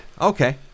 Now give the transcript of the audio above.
Okay